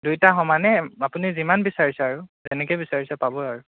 দুইটা সমানে আপুনি যিমান বিচাৰিছে আৰু যেনেকৈ বিচাৰিছে পাবই আৰু